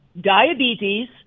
diabetes